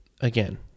again